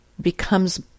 becomes